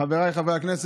הרב קוק אומר